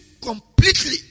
completely